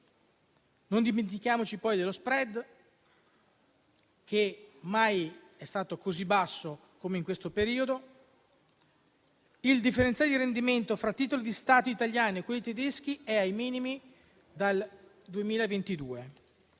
Non dimentichiamoci poi dello *spread*, che mai è stato così basso come in questo periodo: il differenziale di rendimento fra titoli di Stato italiani e quelli tedeschi è ai minimi dal 2022,